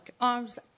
arms